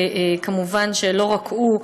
וכמובן לא רק הוא,